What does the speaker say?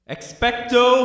Expecto